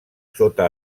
sota